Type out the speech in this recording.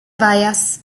vayas